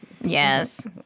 Yes